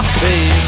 baby